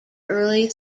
early